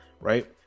right